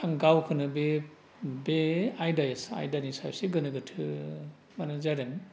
आं गावखौनो बे बे आयदा आयदानि सायाव एसे गोनो गोथो माने जादों